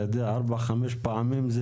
אתה יודע, ארבע-חמש פעמים.